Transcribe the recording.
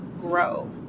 grow